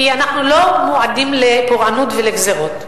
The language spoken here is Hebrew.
כי אנחנו לא מועדים לפורענות ולגזירות.